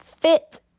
fit